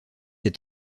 est